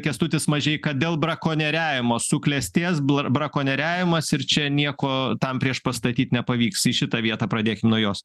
kęstutis mažeika dėl brakonieriavimo suklestės bla brakonieriavimas ir čia nieko tam priešpastatyt nepavyks į šitą vietą pradėkim nuo jos